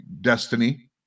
destiny